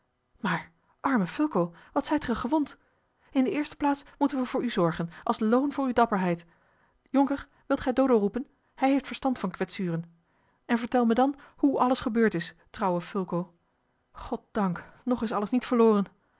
maar arme fulco wat zijt ge gewond in de eerste plaats moeten we voor u zorgen als loon voor uwe dapperheid jonker wilt gij dodo roepen hij heeft verstand van kwetsuren en vertel mij dan hoe alles gebeurd is trouwe fulco goddank nog is alles niet verloren